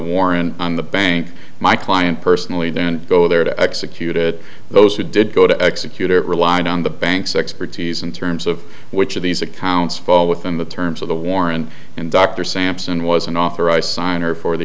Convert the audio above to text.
warrant on the bank my client personally didn't go there to executed those who did go to execute it relied on the bank's expertise in terms of which of these accounts fall within the terms of the warrant and dr sampson wasn't authorized signer for the